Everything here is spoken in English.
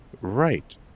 Right